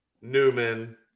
Newman